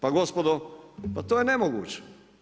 Pa gospodo, pa to je nemoguće.